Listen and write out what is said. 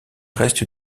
reste